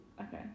Okay